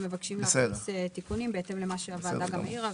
מבקשים להכניס תיקונים בהתאם למה שהוועדה העירה.